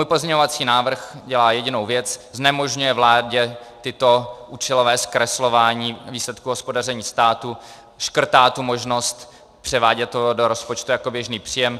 Můj pozměňovací návrh dělá jedinou věc znemožňuje vládě tato účelová zkreslování výsledku hospodaření státu, škrtá možnost převádět to do rozpočtu jako běžný příjem.